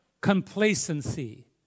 complacency